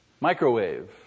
Microwave